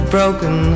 Broken